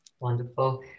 Wonderful